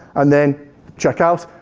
and then checkout.